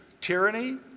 tyranny